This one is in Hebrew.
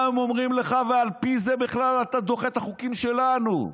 הם אומרים לך ועל פי זה בכלל אתה דוחה את החוקים שלנו.